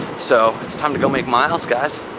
so, it's time to go make miles, guys.